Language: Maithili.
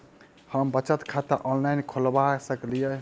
हम बचत खाता ऑनलाइन खोलबा सकलिये?